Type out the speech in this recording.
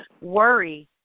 worry